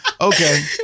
Okay